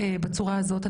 בצורה הזאת,